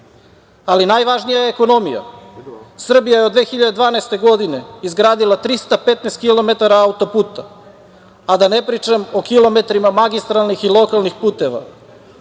ali najvažnija je ekonomija. Srbija je od 2012. godine izgrdila 315 kilometara autoputa, a da ne pričam o kilometrima magistralnih i lokalnih puteva.